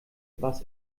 was